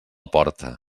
porta